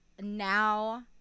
now